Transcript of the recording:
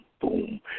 boom